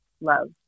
love